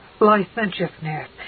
licentiousness